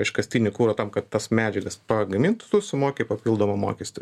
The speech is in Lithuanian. iškastinį kurą tam kad tas medžiagas pagamint tu sumoki papildomą mokestį